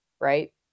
right